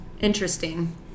Interesting